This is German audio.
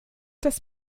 das